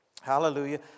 hallelujah